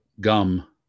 gum